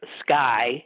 sky